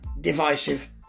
divisive